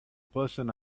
person